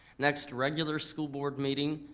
next regular school board meeting,